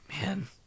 Man